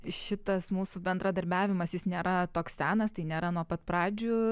šitas mūsų bendradarbiavimas jis nėra toks senas tai nėra nuo pat pradžių